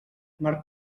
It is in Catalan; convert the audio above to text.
mar